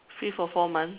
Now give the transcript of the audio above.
free for four months